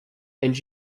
and